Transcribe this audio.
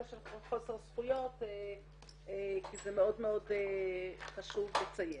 של חוסר זכויות כי זה מאוד מאוד חשוב לציין.